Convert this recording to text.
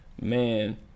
man